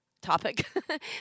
topic